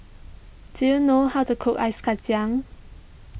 do you know how to cook Ice Kacang